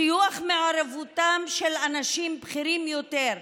טיוח מעורבותם של אנשים בכירים יותר,